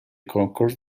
concourse